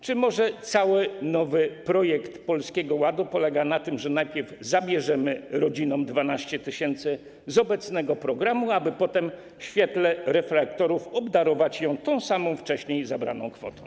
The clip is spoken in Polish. Czy może cały nowy projekt Polskiego Ładu polega na tym, że najpierw zabierzemy rodzinom 12 tys. z obecnego programu, aby potem w świetle reflektorów obdarować ją tą samą wcześniej zabraną kwotą?